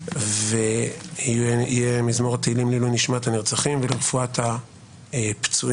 זה יהיה מזמור תהילים לעילוי נשמת הנרצחים ולרפואת הפצועים.